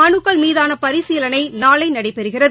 மனுக்கள் மீதான பரிசீலனை நாளை நடைபெறுகிறது